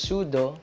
Sudo